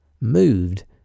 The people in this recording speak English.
moved